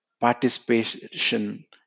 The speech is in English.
participation